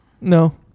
No